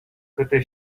câte